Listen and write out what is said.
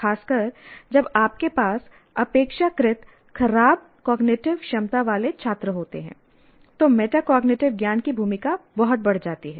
खासकर जब आपके पास अपेक्षाकृत खराब कॉग्निटिव क्षमता वाले छात्र होते हैं तो मेटाकोग्निटिव ज्ञान की भूमिका बहुत बढ़ जाती है